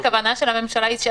המטרה ברורה ומבורכת.